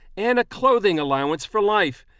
and a clothing allowance for life,